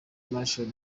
martial